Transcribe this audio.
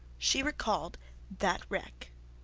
she recalled that wreck.